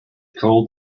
cold